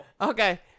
Okay